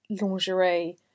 lingerie